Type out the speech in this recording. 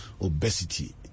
obesity